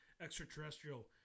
extraterrestrial